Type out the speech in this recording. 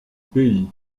pays